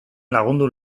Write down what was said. lagundu